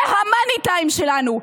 זה המאני-טיים שלנו.